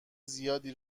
زیادی